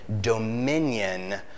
dominion